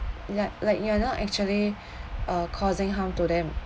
li~ like you are not actually uh causing harm to them